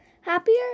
happier